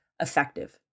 effective